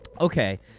Okay